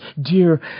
dear